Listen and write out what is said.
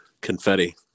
confetti